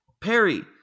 Perry